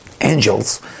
angels